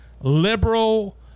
liberal